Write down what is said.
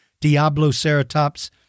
Diabloceratops